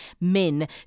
men